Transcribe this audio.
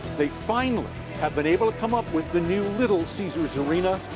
they finally have been able to come up with the new little caesar's arena,